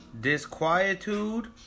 Disquietude